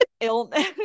illness